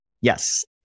Yes